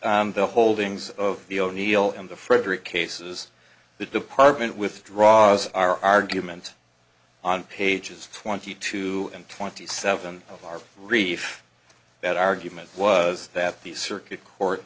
the holdings of the o'neil in the frederick cases the department withdraws our argument on pages twenty two and twenty seven of our reef that argument was that the circuit cour